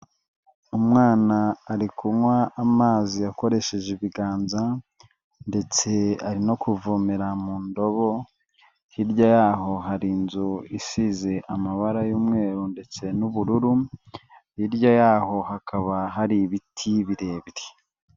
Umwana ari kunywa amazi akoresheje ibiganza, ndetse ari no kuvomera mu ndobo, hirya y'aho hari inzu isize amabara y'umweru ndetse n'ubururu hirya yaho hakaba har’ibiti birebire.